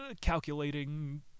calculating